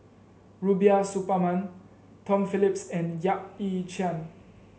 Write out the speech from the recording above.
Rubiah Suparman Tom Phillips and Yap Ee Chian